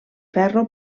ferro